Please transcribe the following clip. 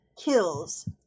kills